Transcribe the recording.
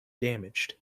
damaged